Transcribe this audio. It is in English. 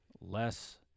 less